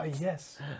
Yes